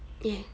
ya